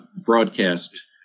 broadcast